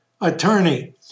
attorney